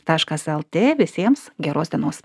taškas lt visiems geros dienos